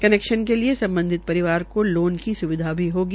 connection के लिये सम्बधित परिवार को लोन की सुविधा भी होगी